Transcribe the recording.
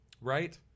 Right